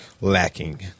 lacking